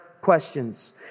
questions